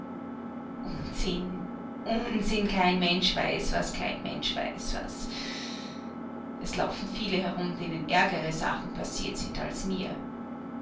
unsinn unsinn kein mensch weiß was kein mensch weiß was es laufen viele herum denen ärgere sachen passiert sind als mir